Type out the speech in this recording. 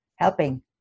Helping